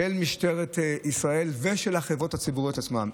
של משטרת ישראל ושל החברות הציבוריות עצמן,